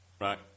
Right